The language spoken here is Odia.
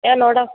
ନଅଟା